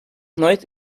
nooit